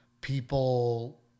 people